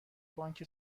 بانک